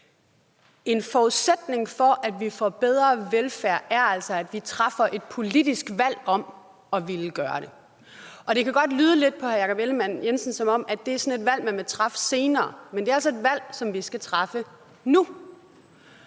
En forudsætning for, at vi får bedre velfærd, er altså, at vi træffer et politisk valg om at ville gøre det. Og det kan godt lyde lidt på hr. Jakob Ellemann-Jensen, som om at det er sådan et valg, man vil træffe senere, men det er altså et valg, som vi skal træffe nu.